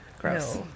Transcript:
Gross